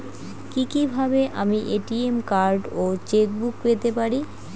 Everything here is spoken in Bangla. কি কিভাবে আমি এ.টি.এম কার্ড ও চেক বুক পেতে পারি?